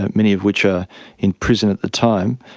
many of which are in prison at the time.